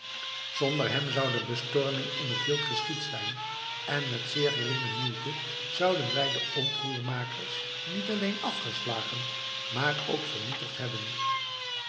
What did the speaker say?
zonder hem zou de bestorming in het wild geschied zijn en met zeer geringe moeite zouden wij de oproermakers niet alleen afgeslagen maar ook vernietigd hebben